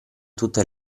tutte